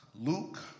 Luke